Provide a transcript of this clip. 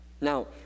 Now